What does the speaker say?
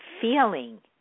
feeling